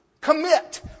commit